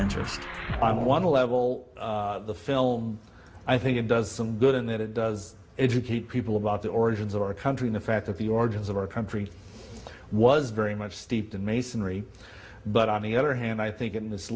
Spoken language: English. i'm one level the film i think it does some good in that it does educate people about the origins of our country the fact that the origins of our country was very much steeped in masonry but on the other hand i think i